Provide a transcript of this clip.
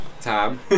Tom